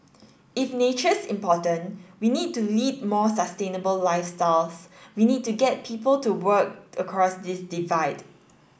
if nature's important we need to lead more sustainable lifestyles we need to get people to work across this divide